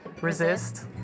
resist